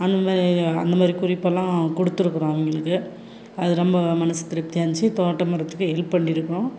அந்த மாதிரி அந்த மாதிரி குறிப்பெல்லாம் கொடுத்துருக்குறோம் அவங்களுக்கு அது ரொம்ப மனது திருப்தியாக இருந்துச்சு தோட்டமிடுறதுக்கு ஹெல்ப் பண்ணிருக்கோம்